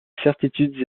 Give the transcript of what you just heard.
certitudes